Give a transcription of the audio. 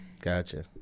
Gotcha